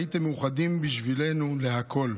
הייתם מאוחדים בשבילנו בהכול.